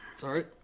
Sorry